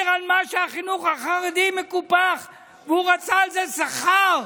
על כמה שהחינוך החרדי מקופח ורצה על זה שכר.